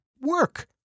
work